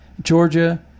Georgia